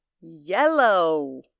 yellow